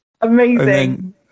amazing